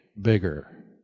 bigger